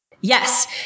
Yes